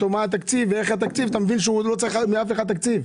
מה התקציב - אתה מבין שהוא לא צריך מאף אחד תקציב.